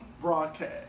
broadcast